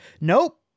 Nope